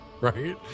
right